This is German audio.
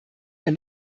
der